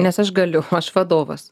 nes aš galiu aš vadovas